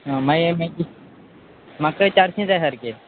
आं मागीर मागीर म्हाका चारशीं जाय सारके